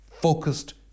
focused